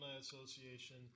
Association